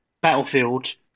battlefield